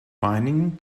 binding